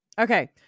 Okay